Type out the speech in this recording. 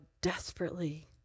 desperately